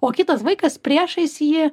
o kitas vaikas priešais jį